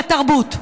לתרבות.